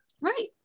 Right